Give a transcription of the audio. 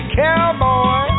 cowboy